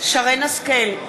שרן השכל,